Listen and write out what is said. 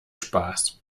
spaß